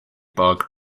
bagh